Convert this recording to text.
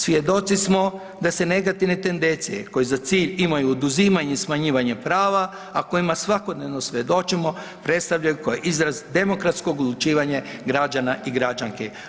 Svjedoci smo da se negativne tendencije koje za cilj imaju oduzimanje i smanjivanje prava, a kojima svakodnevno svjedočimo predstavljaju kao izraz demokratskog odlučivanja građana i građanki.